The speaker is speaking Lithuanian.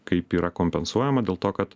kaip yra kompensuojama dėl to kad